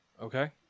Okay